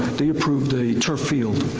they approved a turf field.